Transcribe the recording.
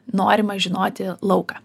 norimą žinoti lauką